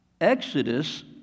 Exodus